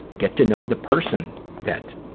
get to know the person that,